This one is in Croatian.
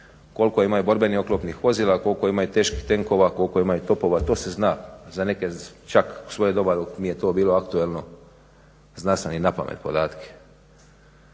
koliko ima borbenih oklopnih vozila, koliko imaju teških tenkova, koliko imaju topova, to se zna. Za neke čak u svoje doba dok mi je to bilo aktualno znao sam i na pamet podatke.